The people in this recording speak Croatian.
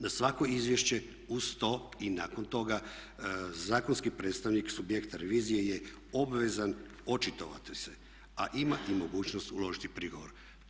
Na svako izvješće uz to i nakon toga zakonski predstavnik subjekta revizije je obvezan očitovati se, a ima i mogućnost uložiti prigovor.